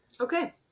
okay